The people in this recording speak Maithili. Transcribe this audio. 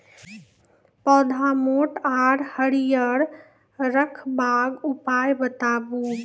पौधा मोट आर हरियर रखबाक उपाय बताऊ?